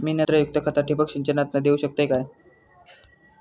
मी नत्रयुक्त खता ठिबक सिंचनातना देऊ शकतय काय?